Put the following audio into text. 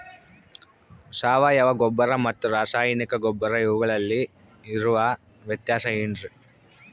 ಸಾವಯವ ಗೊಬ್ಬರ ಮತ್ತು ರಾಸಾಯನಿಕ ಗೊಬ್ಬರ ಇವುಗಳಿಗೆ ಇರುವ ವ್ಯತ್ಯಾಸ ಏನ್ರಿ?